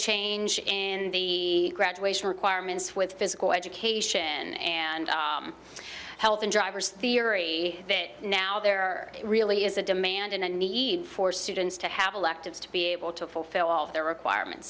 change in the graduation requirements with physical education and health and driver's theory that now there really is a demand and a need for students to have electives to be able to fulfill all of their requirements